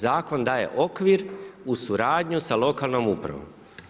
Zakon daje okvir u suradnji sa lokalnom upravom.